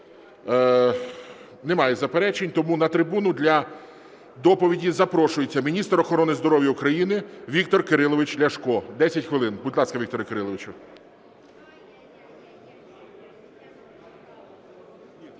Немає заперечень. Тому на трибуну для доповіді запрошується міністр охорони здоров'я України Віктор Кирилович Ляшко, 10 хвилин. Будь ласка, Вікторе Кириловичу.